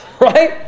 Right